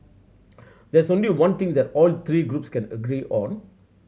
there is only one thing that all three groups can agree on